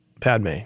Padme